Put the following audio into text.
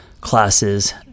classes